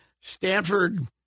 Stanford